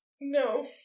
No